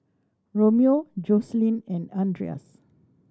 Romeo Jocelyn and Andreas